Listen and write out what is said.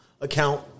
account